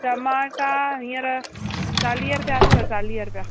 टमाटा हींअर चालीह रुपया अथव चालीह रुपया